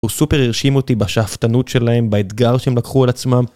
הוא סופר הרשים אותי בשאפתנות שלהם, באתגר שהם לקחו על עצמם.